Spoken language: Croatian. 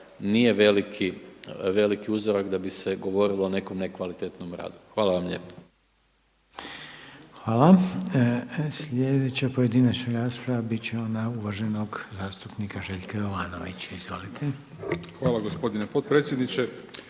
nije veliki uzorak da bi se govorilo o nekom nekvalitetnom radu. Hvala vam lijepa. **Reiner, Željko (HDZ)** Hvala. Sljedeća pojedinačna rasprava bit će ona uvaženog zastupnika Željka Jovanovića. Izvolite. **Jovanović, Željko